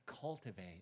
cultivate